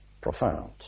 profound